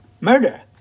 Murder